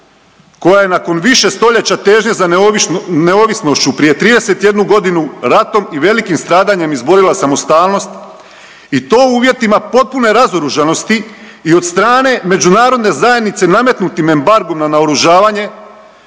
koja nakon više stoljeća težnje za neovisnošću, prije 31.g. ratom i velikim stradanjem izborila samostalnost i to u uvjetima potpune razoružanosti i od strane međunarodne zajednice nametnutim embargom na naoružavanje